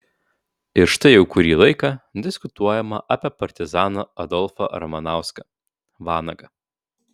ir štai jau kurį laiką diskutuojama apie partizaną adolfą ramanauską vanagą